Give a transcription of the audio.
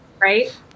Right